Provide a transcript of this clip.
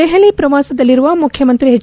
ದೆಹಲಿ ಪ್ರವಾಸದಲ್ಲಿರುವ ಮುಖ್ಯಮಂತ್ರಿ ಎಚ್